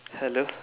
hello